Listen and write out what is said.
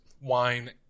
wine